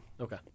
Okay